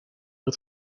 het